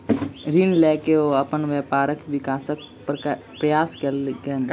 ऋण लय के ओ अपन व्यापारक विकासक प्रयास कयलैन